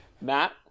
Matt